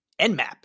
Nmap